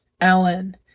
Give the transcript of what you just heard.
Alan